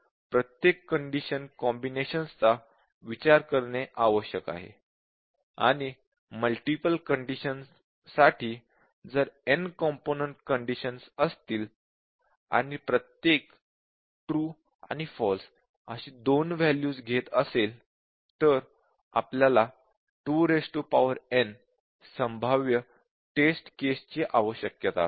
प्रत्येक condition combinations चा विचार करणे आवश्यक आहे आणि मल्टीपल कंडीशन साठी जर n कॉम्पोनन्ट कंडिशन्स असतील आणि प्रत्येक ट्रू आणि फॉल्स अशी दोन वॅल्यू घेत असेल तर आपल्याला 2n संभाव्य टेस्ट केस ची आवश्यकता असेल